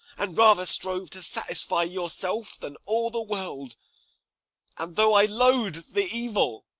and rather strove to satisfy yourself than all the world and though i loath'd the evil,